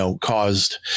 caused